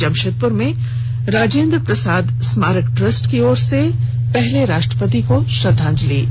जमशेदपुर में राजेन्द्र प्रसाद स्मारक ट्रस्ट की ओर से प्रथम राष्ट्रपति को श्रद्वांजलि दी गई